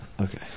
Okay